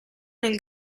nel